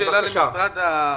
יש לי שאלה למשרד הרווחה,